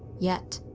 yet,